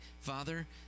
Father